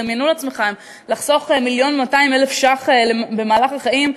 דמיינו לעצמכם: לחסוך מיליון ו-200,000 שקל במהלך החיים,